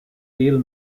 ville